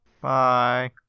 Bye